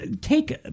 take